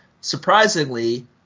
surprisingly –